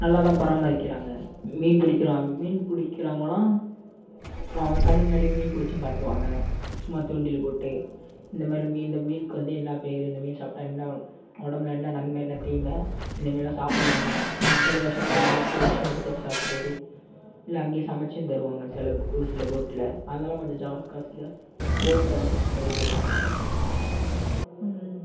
நல்லா தான் பராமரிக்கிறாங்க மீன் பிடிக்கிறவங்க மீன் புடிக்கிறவங்களாம் நம்ம கண்ணு முன்னாடியே மீன் பிடிச்சும் காட்டுவாங்க சும்மா தூண்டில் போட்டு இந்த மாரி மீன் இந்த மீனுக்கு வந்து என்ன பேயரு இந்த மீன் சாப்பிட்டா என்ன உடம்புல என்ன நன்மை என்ன தீன்ம இந்த மீன்லாம் சாப்பிடுலாமா சில விஷம் உள்ள மீனை எப்படி விஷம் எடுத்துட்டு சாப்பிடுறது இல்லை அங்கேயே சமைச்சும் தருவாங்க சில ஒரு சில போட்டில் அதெல்லாம் கொஞ்சம் ஜாகாஸ் ஜாஸ் போட் ஹவுஸ் அந்தமாரி இதெலாம்